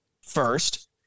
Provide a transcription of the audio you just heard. first